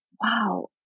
wow